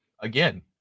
again